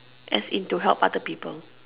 as in to help other people